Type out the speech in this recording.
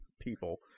people